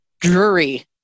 Drury